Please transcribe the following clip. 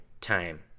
time